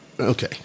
okay